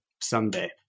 someday